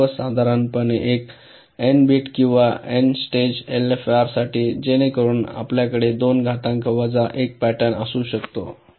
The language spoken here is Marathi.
तर सर्वसाधारणपणे एन बिट किंवा एन स्टेज एलएफएसआरसाठी जेणेकरून आपल्याकडे दोन घातांक वजा एक पॅटर्न असू शकते